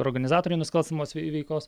organizatoriai nusikalstamos vei veikos